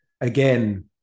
again